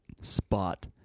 spot